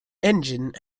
engine